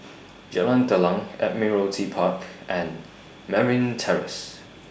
Jalan Telang Admiralty Park and Merryn Terrace